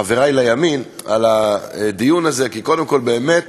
חברי בימין, על הדיון הזה, כי קודם כול, באמת,